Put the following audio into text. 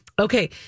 Okay